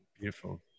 beautiful